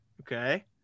Okay